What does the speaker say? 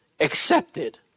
accepted